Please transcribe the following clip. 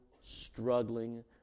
struggling